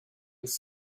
was